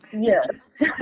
Yes